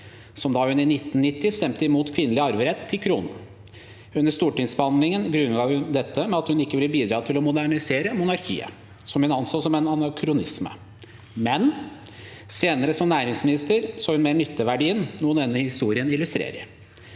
som da hun i 1990 stemte imot kvinnelig arverett til kronen. Under stortingsbehandlingen grunngav hun dette med at hun ikke ville bidra til å modernisere monarkiet, som hun anså som en anakronisme. Senere, som næringsminister, så hun mer nytteverdien, noe denne historien illustrerer: